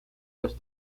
los